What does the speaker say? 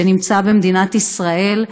שקיים במדינת ישראל,